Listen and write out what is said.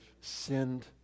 sinned